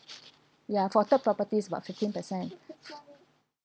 ya for third properties about fifteen percent